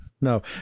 No